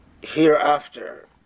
hereafter